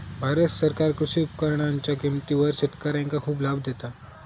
भारत सरकार कृषी उपकरणांच्या किमतीवर शेतकऱ्यांका खूप लाभ देता